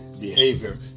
behavior